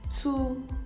two